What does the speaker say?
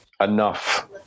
enough